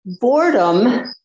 Boredom